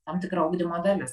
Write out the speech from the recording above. tam tikra ugdymo dalis